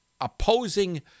opposing